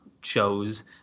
shows